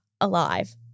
alive